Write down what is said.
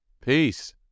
peace